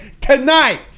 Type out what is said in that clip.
tonight